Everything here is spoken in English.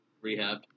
rehab